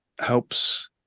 helps